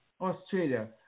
Australia